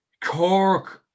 Cork